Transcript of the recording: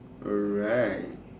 alright